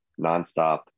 nonstop